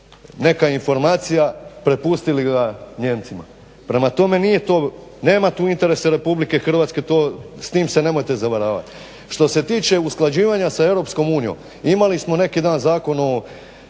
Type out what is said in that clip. neka informacija prepustili ga Nijemcima. Prema tome nema tu interesa RH, s tim se nemojte zavaravati. Što se tiče usklađivanja sa EU, imali smo neki dan Zakon o